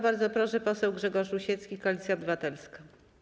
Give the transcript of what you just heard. Bardzo proszę, poseł Grzegorz Rusiecki, Koalicja Obywatelska.